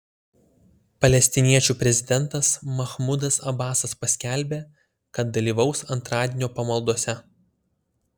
palestiniečių prezidentas mahmudas abasas paskelbė kad dalyvaus antradienio pamaldose